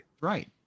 Right